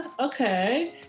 okay